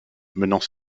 menant